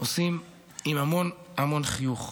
עושים עם המון המון חיוך.